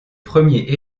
premier